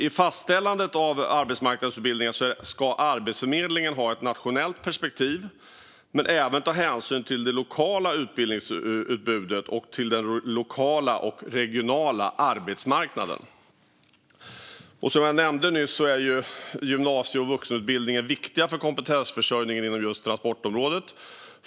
I fastställandet av arbetsmarknadsutbildningen ska Arbetsförmedlingen ha ett nationellt perspektiv men även ta hänsyn till det lokala utbildningsutbudet och till den lokala och regionala arbetsmarknaden. Som jag nämnde nyss är gymnasie och vuxenutbildningen viktiga för kompetensförsörjningen inom just transportområdet.